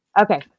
Okay